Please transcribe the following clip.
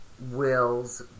wills